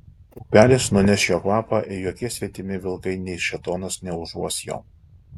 upelis nuneš jo kvapą ir jokie svetimi vilkai nei šėtonas neužuos jo